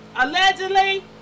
Allegedly